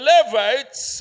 Levites